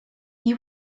you